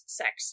sex